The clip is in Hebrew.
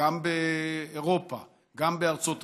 גם באירופה וגם בארצות הברית,